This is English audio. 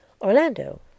orlando